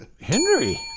Henry